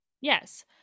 Yes